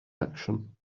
action